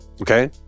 Okay